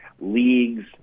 leagues